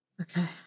Okay